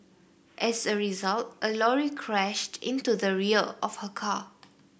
as a result a lorry crashed into the rear of her car